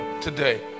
today